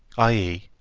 i e,